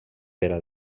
per